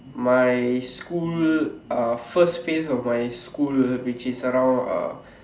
my school uh first phase of my school which is around uh